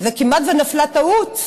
וכמעט שנפלה טעות,